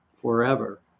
forever